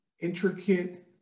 intricate